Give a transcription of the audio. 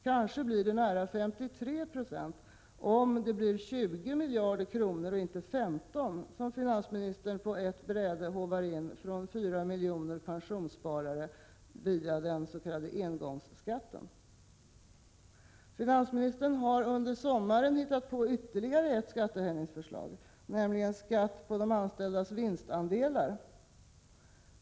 Kanske blir det nära 53 96 om det blir 20 miljarder kronor, och inte 15 miljarder, som finansministern på ett bräde håvar in från 4 miljoner pensionssparare via den s.k. engångsskatten. Finansministern har under sommaren hittat på ytterligare ett skattehöjningsförslag, nämligen skatt på de anställdas vinstandelar.